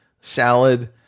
salad